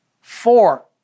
Four